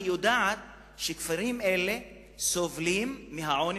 היא יודעת שכפרים אלה סובלים מהעוני,